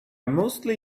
mostly